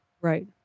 Right